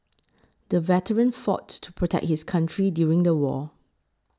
the veteran fought to protect his country during the war